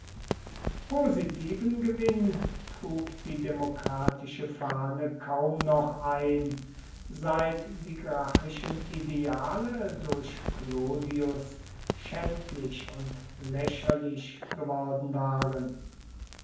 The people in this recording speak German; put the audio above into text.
positiven gewinn trug die demokratische fahne kaum noch ein seit die gracchischen ideale durch clodius schändlich und lächerlich geworden waren